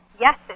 Yes